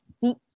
deep